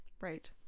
Right